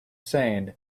sand